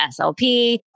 SLP